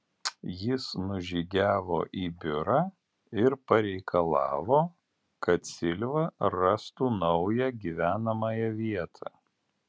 jis nužygiavo į biurą ir pareikalavo kad silva rastų naują gyvenamąją vietą